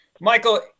Michael